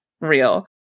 real